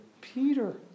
Peter